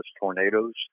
tornadoes